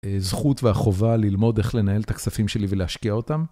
זכות והחובה ללמוד איך לנהל את הכספים שלי ולהשקיע אותם.